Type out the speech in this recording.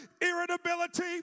irritability